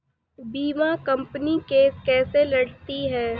बीमा company case कैसे लड़ती है?